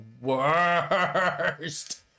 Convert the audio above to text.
worst